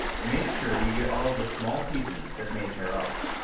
make sure you get all the small pieces that may tear off.